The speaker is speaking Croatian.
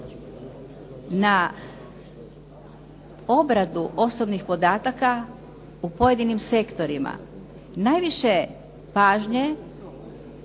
na obradu osobnih podataka u pojedinim sektorima. Najviše pažnje